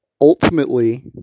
ultimately